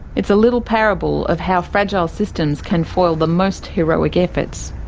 it's a little parable of how fragile systems can foil the most heroic efforts.